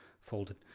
folded